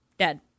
dead